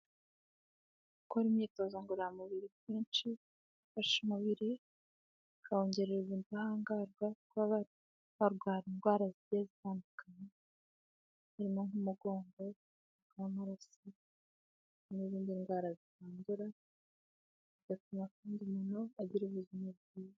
Gukora imyitozo ngororamubiri kwinshi, ifasha umubiri, ikayongerera ubudahangarwa bwo kuba barwanya jndwara zigiye zitandukanye, nk'umugongo, umuvuduko w'amaraso n'izindi ndwara zitandura, bigatuma kandi umuntu agira ubuzima bwiza.